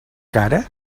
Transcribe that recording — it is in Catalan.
cara